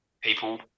people